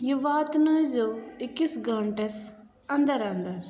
یہٕ واتنٲیزیٚو أکِس گٲنٹَس اَندَر اَندَر